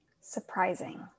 Surprising